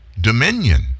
dominion